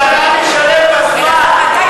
שהרב ישלם בזמן.